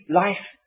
life